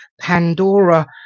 pandora